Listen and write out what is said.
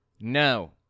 No